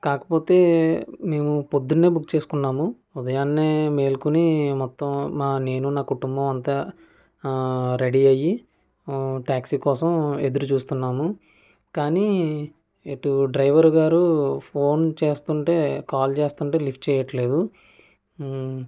కాకపోతే మేము పొద్దున్నే బుక్ చేసుకున్నాము ఉదయాన్నే మేల్కొని మొత్తం మా నేను నా కుటుంబం అంతా రెడీ అయ్యి ట్యాక్సీ కోసం ఎదురుచూస్తున్నాము కానీ ఇటు డ్రైవర్ గారు ఫోన్ చేస్తుంటే కాల్ చేస్తుంటే లిఫ్ట్ చేయట్లేదు